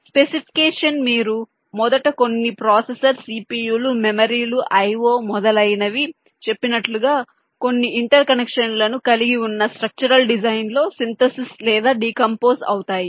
specification మీరు మొదట కొన్ని ప్రాసెసర్ సిపియులు మెమరీ లు I O మొదలైనవి చెప్పినట్లుగా కొన్ని ఇంటర్ కనెక్షన్లను కలిగి ఉన్న స్ట్రక్చరల్ డిజైన్ లో సింథసిస్ లేదా డికంపోస్ అవుతాయి